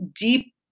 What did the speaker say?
deep